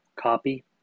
copy